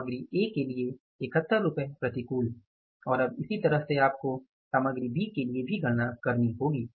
सामग्री ए के लिए 71 रुपये प्रतिकूल और अब इसी तरह से आपको सामग्री बी के लिए इसकी गणना करनी होगी